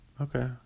Okay